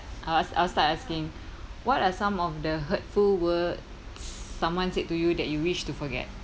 I'll I'll start asking what are some of the hurtful words someone said to you that you wish to forget